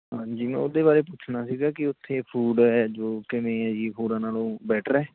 ਹਾਂਜੀ ਮੈਂ ਉਹਦੇ ਬਾਰੇ ਪੁੱਛਣਾ ਸੀ ਕਿ ਉੱਥੇ ਫੂਡ ਹੈ ਜੋ ਕਿਵੇਂ ਹੈ ਜੀ ਹੋਰਾਂ ਨਾਲੋਂ ਬੈਟਰ ਹੈ